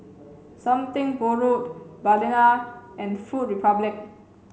something borrowed Balina and Food Republic